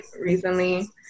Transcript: recently